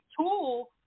tool